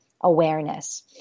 awareness